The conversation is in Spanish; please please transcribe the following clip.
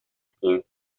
ciencia